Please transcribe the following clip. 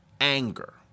anger